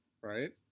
Right